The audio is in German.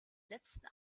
letzten